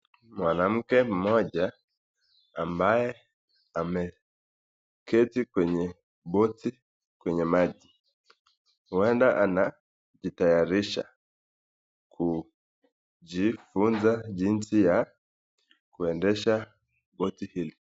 Mwanamke mmoja ambaye ameketi kwenye boti ,kwenye maji. Huenda anajitayarisha kujifunza jinsi ya kuendesha boti hili.